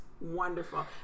wonderful